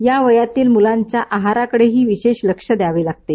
या वयातील मुलांच्या आहाराकडे विशेष लक्ष दद्यावं लागतं